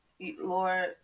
lord